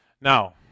Now